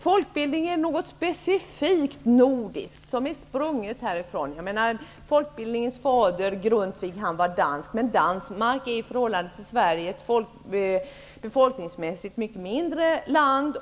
Folkbildning är något specifikt nordiskt och som är sprungen härifrån. Folkbildningens fader var dansk, men Danmark är i förhållande till Sverige ett befolkningsmässigt mycket mindre land.